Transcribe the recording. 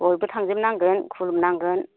बयबो थांजोबनांगोन खुलुमनांगोन